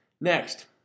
Next